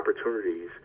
opportunities